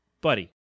buddy